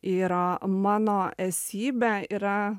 yra mano esybė yra